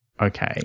Okay